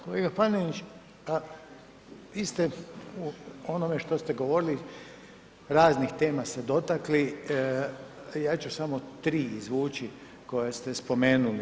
Kolega Panenić, a vi ste u onome što ste govorili raznih tema se dotakli ja ću samo 3 izvući koje ste spomenuli.